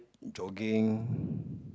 jogging